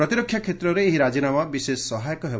ପ୍ରତିରକ୍ଷା କ୍ଷେତ୍ରରେ ଏହି ରାଜିନାମା ବିଶେଷ ସହାୟକ ହେବ